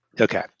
Okay